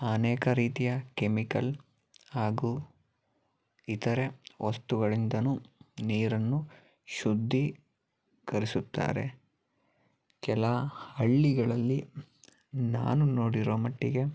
ಅನೇಕ ರೀತಿಯ ಕೆಮಿಕಲ್ ಹಾಗೂ ಇತರೆ ವಸ್ತುಗಳಿಂದಲೂ ನೀರನ್ನು ಶುದ್ಧೀಕರಿಸುತ್ತಾರೆ ಕೆಲ ಹಳ್ಳಿಗಳಲ್ಲಿ ನಾನು ನೋಡಿರೋ ಮಟ್ಟಿಗೆ